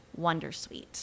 wondersuite